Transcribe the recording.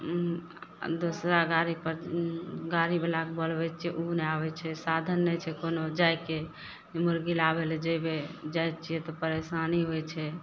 दूसरा गाड़ीपर गाड़ीवला के बोलबय छियै उ नहि आबय छै साधन नहि छै कोनो जाइके मुर्गी लाबय लए जेबय जाइ छियै तऽ परेशानी होइ छै